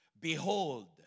Behold